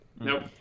Nope